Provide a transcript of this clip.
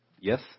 Yes